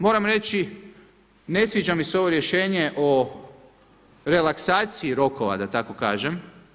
Moram reći ne sviđa mi se ovo rješenje o relaksaciji rokova da tako kažem.